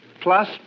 plus